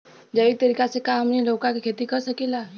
जैविक तरीका से का हमनी लउका के खेती कर सकीला?